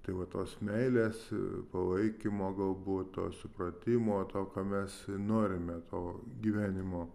tai va tos meilės palaikymo galbūt to supratimo to ką mes norime to gyvenimo